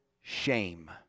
shame